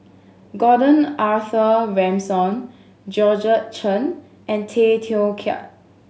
Gordon Arthur Ransome Georgette Chen and Tay Teow Kiat